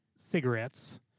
cigarettes